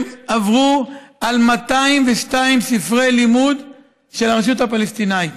הם עברו על 202 ספרי לימוד של הרשות הפלסטינית.